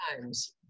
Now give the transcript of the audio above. times